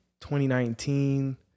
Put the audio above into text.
2019